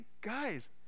guys